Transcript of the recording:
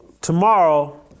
Tomorrow